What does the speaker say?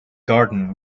garden